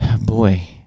boy